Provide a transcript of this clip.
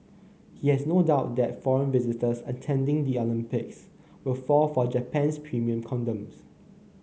he has no doubt that foreign visitors attending the Olympics will fall for Japan's premium condoms